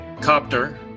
copter